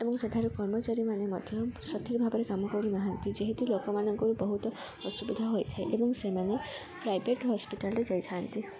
ଏବଂ ସେଠାରେ କର୍ମଚାରୀ ମାନେ ମଧ୍ୟ ସଠିକ୍ ଭାବରେ କାମ କରୁନାହାନ୍ତି ଯେହେତୁ ଲୋକମାନଙ୍କର ବହୁତ ଅସୁବିଧା ହୋଇଥାଏ ଏବଂ ସେମାନେ ପ୍ରାଇଭେଟ୍ ହସ୍ପିଟାଲରେ ଯାଇଥାନ୍ତି